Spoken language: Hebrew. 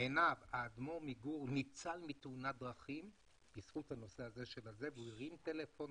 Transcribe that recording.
האדמור מגור ניצל מתאונת דרכים בזכות הנושא הזה והוא הרים טלפון